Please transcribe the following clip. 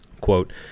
quote